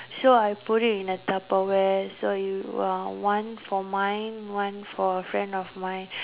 so I put it in a tupperware so you uh one for mine one for friend of mine